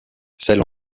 celle